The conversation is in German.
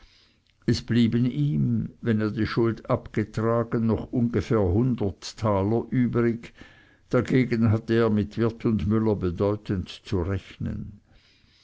es blieben ihm wenn er die schuld abgetragen noch ungefähr hundert taler übrig dagegen hatte er mit wirt und müller bedeutend zu rechnen